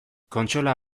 kontsola